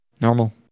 Normal